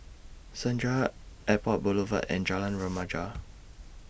Senja Airport Boulevard and Jalan Remaja